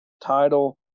title